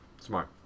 Smart